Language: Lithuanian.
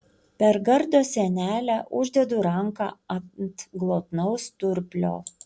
per gardo sienelę uždedu ranką ant glotnaus sturplio